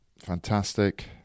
fantastic